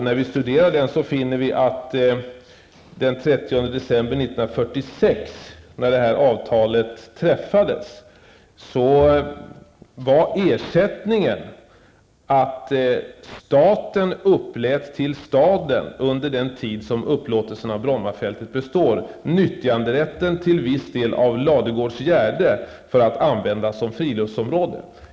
När vi studerar den, finner vi, att när detta avtal träffades den 30 december 1946, var ersättningen för den tid som upplåtelsen av Brommafältet består, att staten till staden överlät nyttjanderätten till viss del av Ladugårdsgärde, att användas som friluftsområde.